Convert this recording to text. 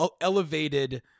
elevated